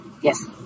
Yes